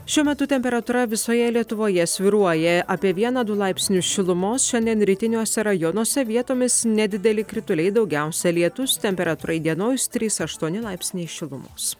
šiuo metu temperatūra visoje lietuvoje svyruoja apie vieną du laipsnius šilumos šiandien rytiniuose rajonuose vietomis nedideli krituliai daugiausia lietus temperatūra įdienojus trys aštuoni laipsniai šilumos